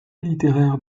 littéraires